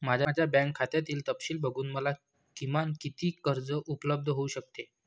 माझ्या बँक खात्यातील तपशील बघून मला किमान किती कर्ज उपलब्ध होऊ शकते?